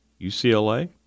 UCLA